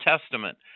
Testament